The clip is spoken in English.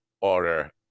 order